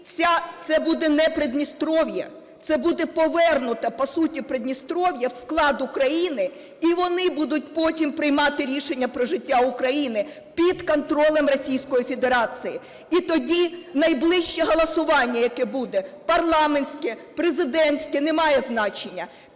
це буде не Придністров'я, це буде повернуте, по суті, Придністров'я в склад України, і вони будуть потім приймати рішення про життя України під контролем Російської Федерації. І тоді найближче голосування, яке буде – парламентське, президентське – немає значення,